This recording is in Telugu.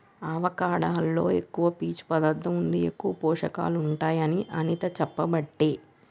అవకాడో లో ఎక్కువ పీచు పదార్ధం ఉండి ఎక్కువ పోషకాలు ఉంటాయి అని అనిత చెప్పబట్టే